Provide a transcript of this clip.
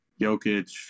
Jokic